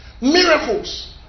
Miracles